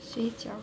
水饺